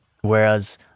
Whereas